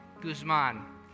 Guzman